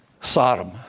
Sodom